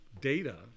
data